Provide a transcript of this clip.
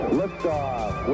liftoff